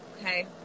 Okay